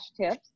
tips